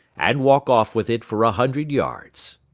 and walk off with it for a hundred yards,